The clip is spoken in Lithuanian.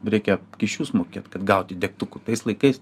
reikia kyšius mokėt kad gauti degtukų tais laikais